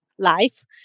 life